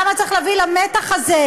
למה צריך להביא למתח הזה?